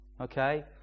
Okay